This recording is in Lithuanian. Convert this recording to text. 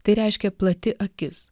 tai reiškia plati akis